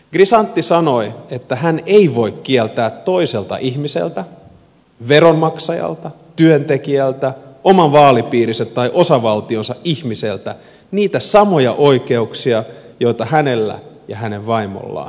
grisanti sanoi että hän ei voi kieltää toiselta ihmiseltä veronmaksajalta työntekijältä oman vaalipiirinsä tai osavaltionsa ihmiseltä niitä samoja oikeuksia joita hänellä ja hänen vaimollaan on